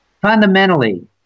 fundamentally